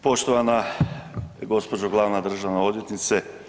Poštovana gospođo glavna državna odvjetnice.